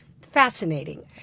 fascinating